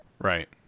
Right